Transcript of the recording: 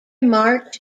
march